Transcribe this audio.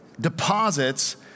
deposits